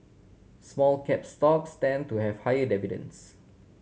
small cap stocks tend to have higher dividends